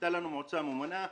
הייתה לנו מועצה ממונה,